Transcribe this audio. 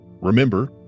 Remember